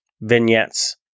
vignettes